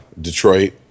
Detroit